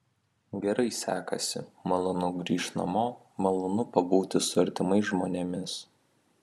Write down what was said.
gerai sekasi malonu grįžt namo malonu pabūti su artimais žmonėmis